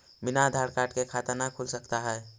बिना आधार कार्ड के खाता न खुल सकता है?